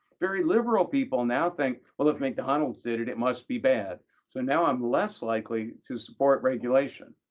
very liberal people now think, well, if mcdonald's did it, it must be bad, so now i'm less likely to support regulation,